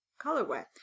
colorway